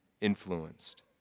influenced